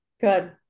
Good